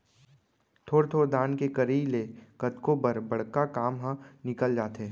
थोर थोर दान के करई ले कतको बर बड़का काम ह निकल जाथे